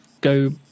go